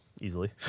Easily